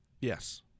Yes